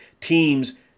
teams